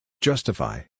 Justify